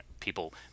people